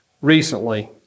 recently